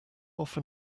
often